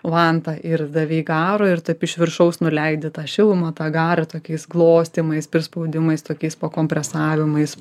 vantą ir davei garo ir taip iš viršaus nuleidi tą šilumą tą garą tokiais glostymais prispaudimais tokiais pakompresavimais